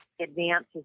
advances